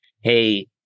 hey